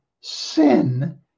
sin